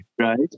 Right